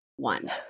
one